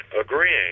agreeing